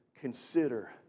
consider